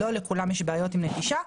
לא לכולם יש בעיות עם נטישה,